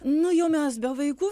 nu jau mes be vaikų